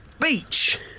Beach